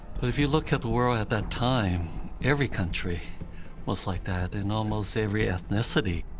but if you look at the world at that time every country was like that, and almost every ethnicity.